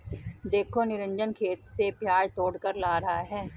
देखो निरंजन खेत से प्याज तोड़कर ला रहा है